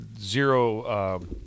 zero